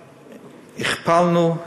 הכפלנו,